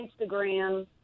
Instagram